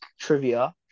trivia